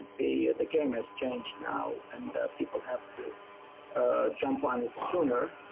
the the game has changed now, and people have to ah jump on it sooner,